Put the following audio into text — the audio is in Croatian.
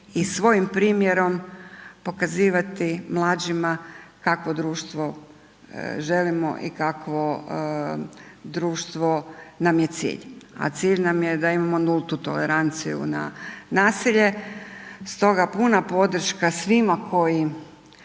i svojim primjerom pokazivati mlađima kakvo društvo želimo i kakvo društvo nam je cilj. A cilj nam je da imamo nultu toleranciju na nasilje. Stoga puna podrška svima koji